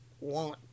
want